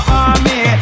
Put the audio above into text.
army